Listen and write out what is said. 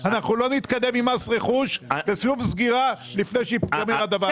אנחנו לא נתקדם עם מס רכוש לסיום סגירה לפני שמתקבל הדבר הזה.